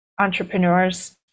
entrepreneurs